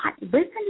Listen